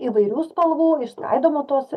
įvairių spalvų išskaidoma tos